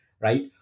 right